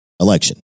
election